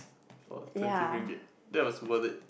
for twenty ringgit that was worth it